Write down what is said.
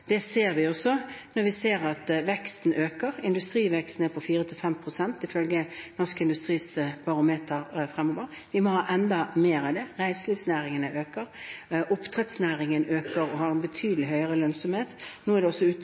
Det ser vi også når vi ser at veksten øker; industriveksten fremover er på 4–5 pst. ifølge Norsk Industris barometer. Vi må ha enda mer av det. Reiselivsnæringen øker, oppdrettsnæringen øker og har en betydelig høyere lønnsomhet. Nå er det også